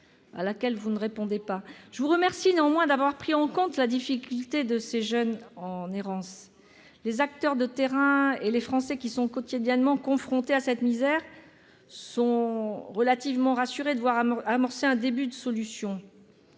Je vous remercie néanmoins d'avoir pris en compte la situation difficile de ces jeunes en errance. Les acteurs de terrain et les Français qui sont quotidiennement confrontés à cette misère sont relativement rassurés de voir s'amorcer un début de solution.